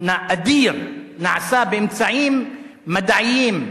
אדיר נעשה באמצעים מדעיים,